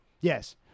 Yes